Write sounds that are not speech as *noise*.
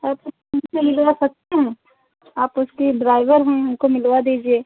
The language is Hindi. आप *unintelligible* मिलवा सकते हैं आप उसकी ड्राइवर हैं हमको मिलवा दीजिए